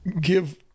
give